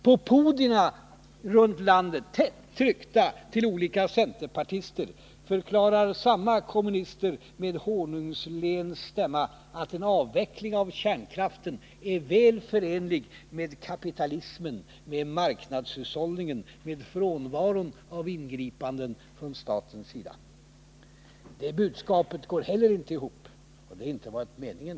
På podierna runt om i landet, tätt tryckta intill olika centerpartister, förklarar samma kommunister med honungslen stämma att en avveckling av kärnkraften är väl förenlig med kapitalismen, med marknadshushållningen och med frånvaron av ingripanden från statens sida. Det budskapet går inte heller ihop, och det har inte varit meningen.